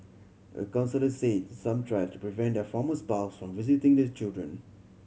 a counsellor said some try to prevent their former spouse from visiting the children